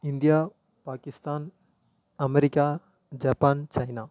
India Pakistan America Japan China